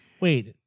Wait